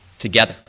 together